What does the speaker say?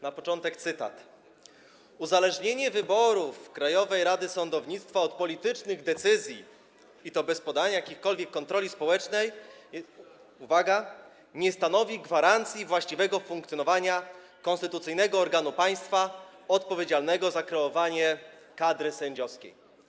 Na początek cytat: Uzależnienie wyboru członków Krajowej Rady Sądownictwa od politycznych decyzji i to bez poddania ich jakiejkolwiek kontroli społecznej - uwaga - nie stanowi gwarancji właściwego funkcjonowania konstytucyjnego organu państwa odpowiedzialnego za kreowanie kadry sędziowskiej.